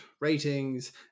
ratings